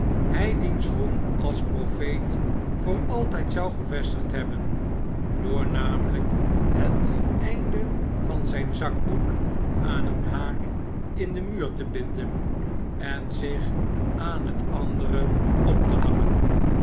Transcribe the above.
hij diens roem als profeet voor altijd zou gevestigd hebben door namelijk het eene einde van zijn zakdoek aan een haak in den muur te binden en zich aan het andere op te hangen